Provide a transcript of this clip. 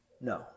No